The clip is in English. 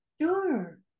Sure